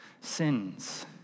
sins